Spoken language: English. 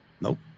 Nope